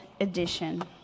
edition